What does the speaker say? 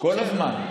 כל הזמן.